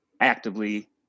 actively